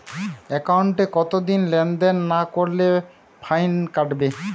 একাউন্টে কতদিন লেনদেন না করলে ফাইন কাটবে?